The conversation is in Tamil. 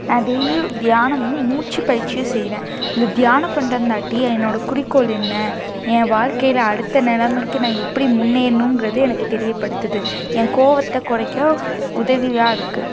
நான் டெய்லியும் தியானமும் மூச்சி பயிற்சியும் செய்கிறேன் இந்த தியானம் பண்றந்தாட்டி என்னோடய குறிக்கோள் என்ன என் வாழ்க்கையில் அடுத்த நிலமைக்கு நான் எப்படி முன்னேறுணுங்கிறது எனக்கு தெரியப்படுத்துது என் கோபத்த குறைக்க உதவியாக இருக்குது